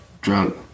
drunk